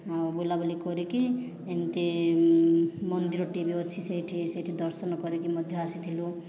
ଆଉ ବୁଲାବୁଲି କରିକି ଏମିତି ମନ୍ଦିରଟିଏ ବି ଅଛି ସେଇଠି ସେଇଠି ଦର୍ଶନ କରିକି ମଧ୍ୟ ଆସିଥିଲୁ